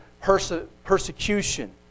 persecution